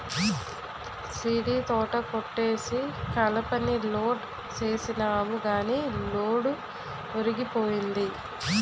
సీడీతోట కొట్టేసి కలపని లోడ్ సేసినాము గాని లోడు ఒరిగిపోయింది